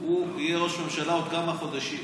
יהיה ראש ממשלה עוד כמה חודשים,